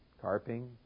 Carping